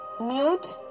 mute